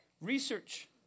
Research